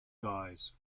guys